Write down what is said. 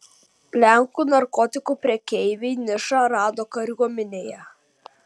lenkų narkotikų prekeiviai nišą rado kariuomenėje